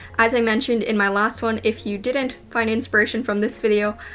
as i mentioned in my last one, if you didn't find inspiration from this video,